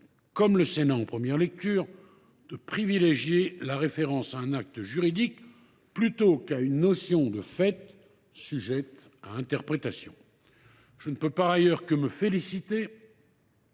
fait le Sénat en première lecture, de privilégier la référence à un acte juridique plutôt qu’à une notion de fait, sujette à interprétation. Je ne peux par ailleurs que me réjouir